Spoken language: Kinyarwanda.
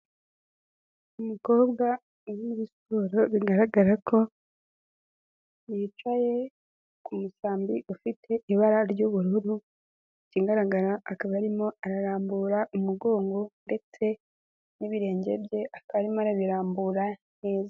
Umukobwa uri muri siporo bigaragara ko yicaye ku musambi ufite ibara ry'ubururu, ikigaragara akaba arimo ararambura umugongo ndetse n'ibirenge bye akaba arimo arabirambura neza.